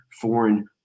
foreign